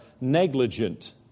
negligent